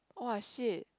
!wah! shit